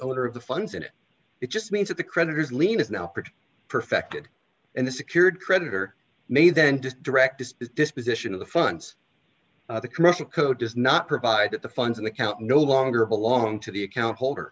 owner of the funds in it it just means that the creditors lien is now part perfected and the secured creditor may then just direct disposition of the funds the commercial code does not provide the funds and account no longer belong to the account holder